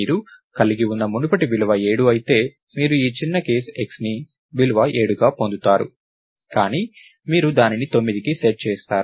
మీరు కలిగి ఉన్న మునుపటి విలువ 7 అయితే మీరు ఈ చిన్న కేస్ xని విలువ 7గా పొందుతారు కానీ మీరు దానిని 9కి సెట్ చేస్తారు